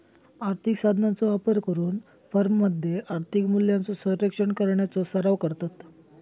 आर्थिक साधनांचो वापर करून फर्ममध्ये आर्थिक मूल्यांचो संरक्षण करण्याचो सराव करतत